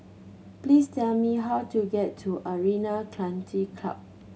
please tell me how to get to Arena Club